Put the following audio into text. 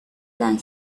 than